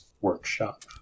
workshop